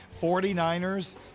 49ers